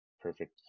perfect